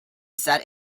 set